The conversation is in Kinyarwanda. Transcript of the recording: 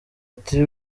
ati